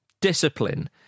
discipline